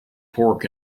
pork